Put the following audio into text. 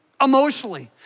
emotionally